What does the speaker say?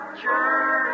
church